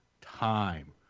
time